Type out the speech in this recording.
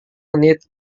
menit